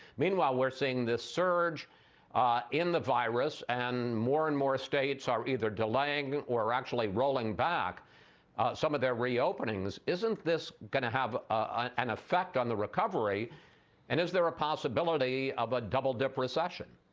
meanwhile, we are seeing this search in the virus and more and more states are the delaying or actually rolling back some of their reopening's. isn't this going to have an effect on the recovery and is there a possibility of a double dip recession?